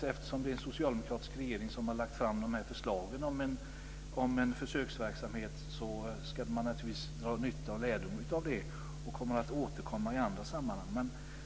Eftersom det är en socialdemokratisk regering som har lagt fram förslag om en försöksverksamhet ska man naturligtvis dra nytta och lärdom av detta. Och man kommer att återkomma i andra sammanhang.